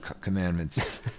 commandments